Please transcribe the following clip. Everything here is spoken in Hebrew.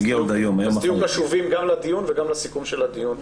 אז תהיו קשובים גם לדיון וגם לסיכום של הדיון.